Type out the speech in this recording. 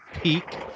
peak